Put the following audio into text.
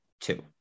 two